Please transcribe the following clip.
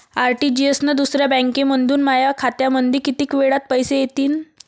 RTGS न दुसऱ्या बँकेमंधून माया बँक खात्यामंधी कितीक वेळातं पैसे येतीनं?